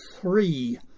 three